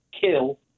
KILL